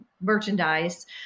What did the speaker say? merchandise